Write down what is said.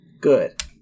Good